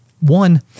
One